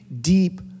deep